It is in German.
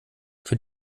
für